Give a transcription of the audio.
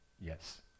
Yes